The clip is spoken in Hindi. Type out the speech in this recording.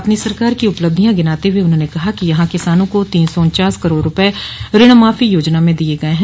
अपनी सरकार की उपलब्धियां गिनाते हुए उन्होंने कहा कि यहां किसानों को तीन सौ उन्वास करोड़ रूपये ऋणमाफी योजना में दिये गये हैं